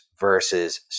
versus